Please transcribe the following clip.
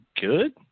good